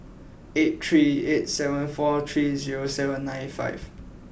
eight three eight seven four three seven nine five